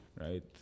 right